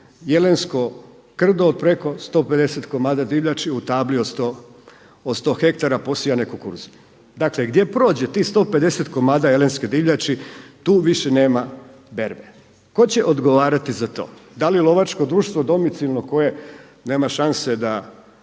jelensko krdo preko 150 komada divljači u tabli od 100 ha posijane kukuruze. Dakle, gdje prođe tih 150 komada jelenske divljači tu više nema berbe. Tko će odgovarati za to? Da li lovačko društvo domicilno koje nema šanse da